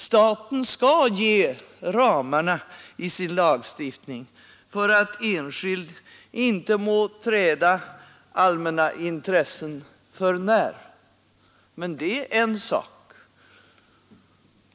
Staten skall ge ramarna i sin lagstiftning för att enskild inte må träda allmänna intressen för när — det är en sak.